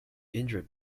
injured